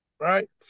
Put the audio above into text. right